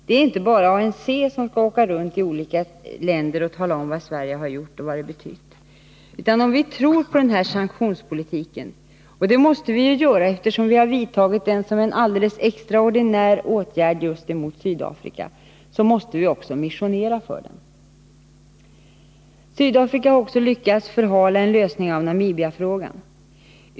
Det är ju inte bara ANC som skall åka runt i olika länder och tala om vad Sverige har gjort och vad det har betytt. Om vi tror på den här sanktionspolitiken — och det måste vi ju göra eftersom vi tagit till den som en alldeles extraordinär metod just emot Sydafrika — måste vi också missionera för den! Sydafrika har också lyckats förhala en lösning av Namibiafrågan.